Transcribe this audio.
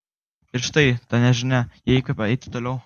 ir štai ta nežinia ją įkvepia eiti toliau